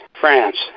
france